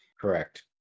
Correct